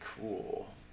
cool